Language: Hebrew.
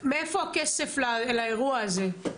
מאיפה הכסף לאירוע הזה?